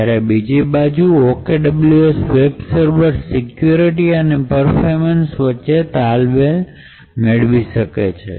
જ્યારે બીજીબાજુ OKWS web server security અને પર્ફોર્મન્સ વચ્ચે તાલમેલ મેળવી શકે છે